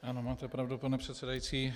Ano, máte pravdu, pane předsedající.